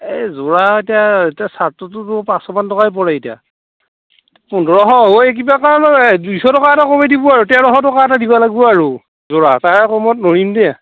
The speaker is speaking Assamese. এই যোৰা ইতা ইতা চাৰ্টটোতো ত' পাঁচশ মান টকাই পৰে এতিয়া পোন্ধৰশ হয় কিবা এটা কাৰণত দুইশ টকাত এটা কমে দিব আৰু তেৰশ টকা এটা দিবা লাগিব আৰু যোৰা তাৰে কমত ন'ৰিম দে